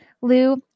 Lou